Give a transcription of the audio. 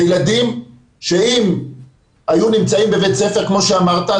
אלה ילדים שאם היו נמצאים בבית ספר כמו שאמרת,